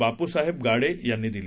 बापूसाहेब गाडे यांनी दिली